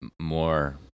more